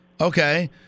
Okay